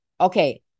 okay